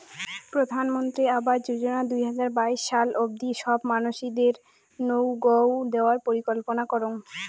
প্রধানমন্ত্রী আবাস যোজনা দুই হাজার বাইশ সাল অব্দি সব মানসিদেরনৌগউ দেওয়ার পরিকল্পনা করং